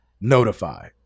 notify